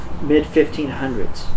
mid-1500s